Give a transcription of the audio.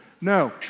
No